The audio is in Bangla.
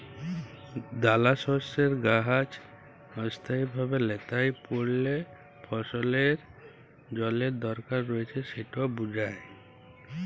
দালাশস্যের গাহাচ অস্থায়ীভাবে ল্যাঁতাই পড়লে ফসলের জলের দরকার রঁয়েছে সেট বুঝায়